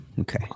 Okay